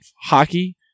Hockey